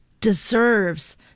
deserves